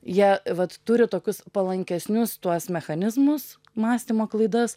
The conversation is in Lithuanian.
jie vat turi tokius palankesnius tuos mechanizmus mąstymo klaidas